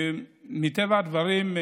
מטבע הדברים,